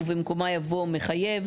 ובמקומה יבוא "מחייב".